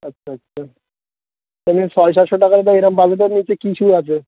আচ্ছা আচ্ছা এমনি সাড়ে সাতশো টাকার বা এরকম বাজেটের নিচে কি শু আছে